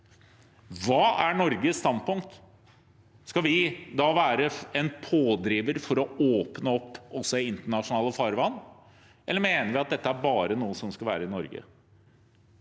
Hva er Norges standpunkt? Skal vi da være en pådriver for å åpne opp også i internasjonalt farvann, eller mener vi at dette er noe som bare skal være i Norge?